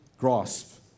grasp